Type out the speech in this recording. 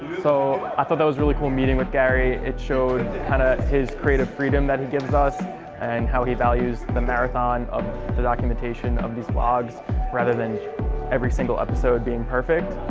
so i thought that was really cool meeting with gary. it showed kind of his creative freedom that he gives us and how he values the marathon of the documentation of these vlogs rather than every single episode being perfect.